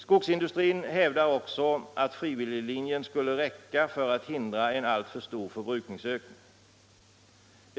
Skogsindustrin hävdar också att frivilliglinjen skulle räcka för att hindra en alltför stor förbrukningsökning.